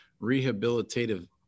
rehabilitative